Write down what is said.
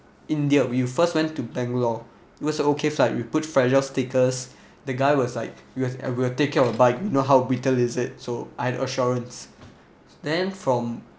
india we first went to bangalore it was an okay flight we put fragile stickers the guy was like we will we will take care of bike we know how brittle is it so I'd assurance then from